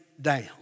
down